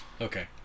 Okay